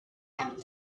and